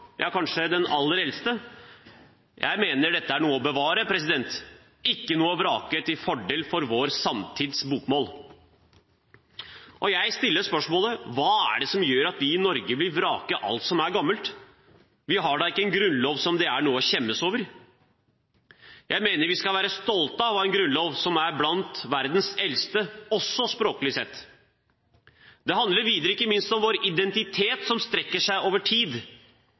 ja, kanskje den aller eldste. Jeg mener dette er noe å bevare, ikke noe å vrake til fordel for vår samtids bokmål. Jeg stiller spørsmålet: Hva er det som gjør at vi i Norge vil vrake alt som er gammelt? Vi har da ikke en grunnlov som er noe å skjemmes over? Jeg mener vi skal være stolte av å ha en grunnlov som er blant verdens eldste, også språklig sett. Dette handler videre ikke minst om vår identitet som strekker seg over tid.